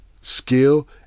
skill